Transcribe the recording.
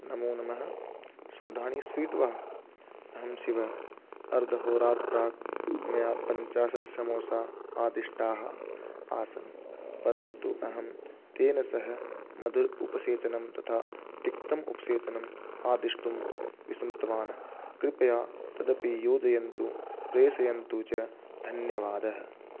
नमो नमः सोढाणीस्वीट् वा अहं शिवः अर्धहोरात् प्राक् मया पञ्चाशत् समोसाः आदिष्टाः आसन् परन्तु अहं तेन सह मधुर उपसेचनं तथा तिक्तम् उपसेचनम् आदिष्टुं विस्मृतवान् कृपया तदपि योजयन्तु प्रेषयन्तु च धन्यवादः